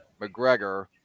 McGregor